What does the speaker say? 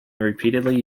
repeatedly